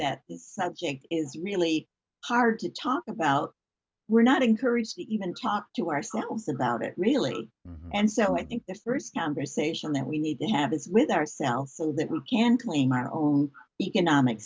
that these subject is really hard to talk about we're not encouraged to even talk to ourselves about it really and so i think the first conversation that we need to have is with ourselves so that we can claim our own economic